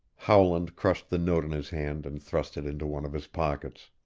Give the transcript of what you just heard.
howland crushed the note in his hand and thrust it into one of his pockets.